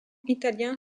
italien